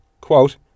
quote